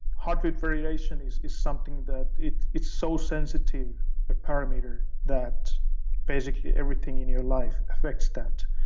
heart rate variation is is something that, it's it's so sensitive a parameter that basically everything in your life affects that.